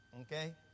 okay